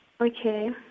okay